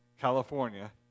California